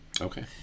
Okay